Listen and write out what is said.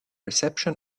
reception